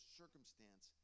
circumstance